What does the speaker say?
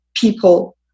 people